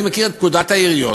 אני מכיר את פקודת העיריות.